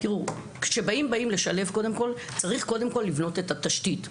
כשבאים לשלב, צריך קודם כל לבנות את התשתית.